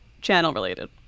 channel-related